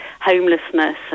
homelessness